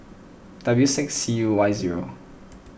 W six C U Y zero